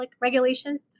Regulations